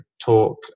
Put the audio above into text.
talk